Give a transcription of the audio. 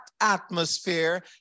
atmosphere